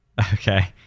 Okay